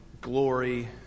glory